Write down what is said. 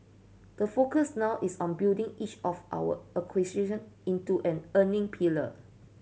the focus now is on building each of our acquisition into an earning pillar